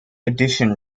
addition